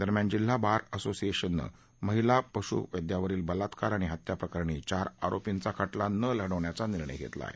दरम्यान जिल्हा बार असोसियेशनने महिला पशु वैद्यावरील बलात्कार आणि हत्या प्रकरणी चार आरोपींचा खटला न लढण्याचा निर्णय घेतला आहे